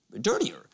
dirtier